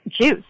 juice